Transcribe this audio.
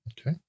Okay